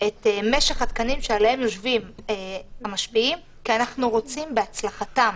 את משך התקנים שעליהם יושבים המשפיעים כי אנחנו רוצים בהצלחתם.